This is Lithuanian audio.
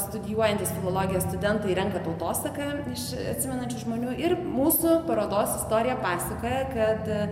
studijuojantys filologijos studentai renka tautosaką atsimenančių žmonių ir mūsų parodos istorija pasakoja kad